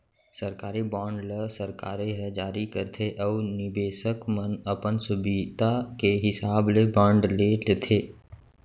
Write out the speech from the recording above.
सरकारी बांड ल सरकारे ह जारी करथे अउ निबेसक मन अपन सुभीता के हिसाब ले बांड ले लेथें